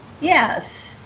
Yes